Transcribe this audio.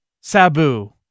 Sabu